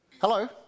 Hello